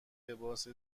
لباس